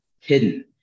hidden